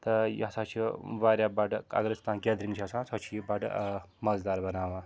تہٕ یہِ ہَسا چھِ واریاہ بَڈٕ اگر أسۍ کانٛہہ گیدرِنٛگ چھِ آسان سۄ چھِ یہِ بَڈٕ مَزٕدار بَناوان